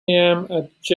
janes